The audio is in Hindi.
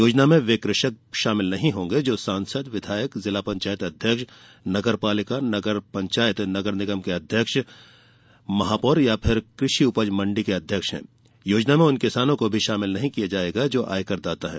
योजना में वे कृषक शामिल नहीं होंगे जो सांसद विधायक जिला पंचायत अध्यक्ष नगरपालिकानगर पंचायतनगर निगम के अध्यक्ष महापौर कृषि उपज मण्डी के अध्यक्ष है योजना में उन किसानों को भी शामिल नहीं किया जायेगा जो आयकर दाता है